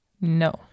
No